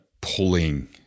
pulling –